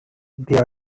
the